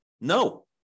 No